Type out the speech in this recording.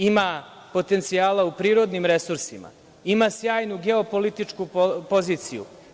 Ima potencijala u prirodnim resursima, ima sjajnu geo-političku poziciju.